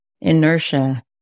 inertia